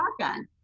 shotgun